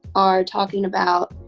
are talking about,